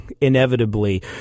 inevitably